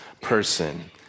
person